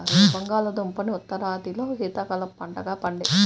బంగాళాదుంపని ఉత్తరాదిలో శీతాకాలపు పంటగా పండిస్తారు